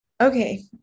Okay